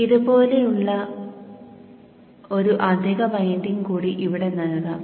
ഇതുപോലെയുള്ള ഒരു അധിക വൈൻഡിംഗ് കൂടി ഇവിടെ നൽകാം